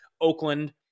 Oakland